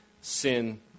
sin